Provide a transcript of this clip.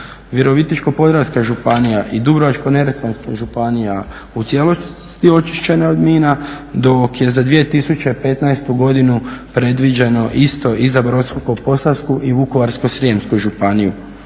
Virovitičko-podravska županija i Dubrovačko-neretvanska županija u cijelosti očišćena od mina, dok je za 2015. godinu predviđeno isto i za Brodsko-posavsku i Vukovarsko-srijemsku županiju.